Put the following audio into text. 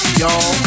y'all